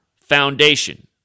Foundation